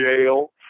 jail